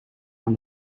aan